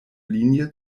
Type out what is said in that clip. linie